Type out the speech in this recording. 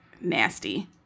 nasty